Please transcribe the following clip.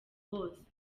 bose